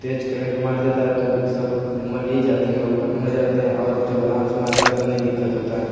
तेज current मार देता है तो वह सब मर ही जाते मतलब ख़त्म हो जाते हैं और जब आराम से मारता है तो नहीं दिक्कत होता है